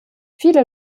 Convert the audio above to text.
viele